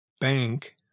bank